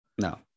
No